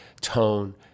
tone